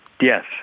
Yes